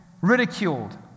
ridiculed